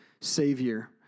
Savior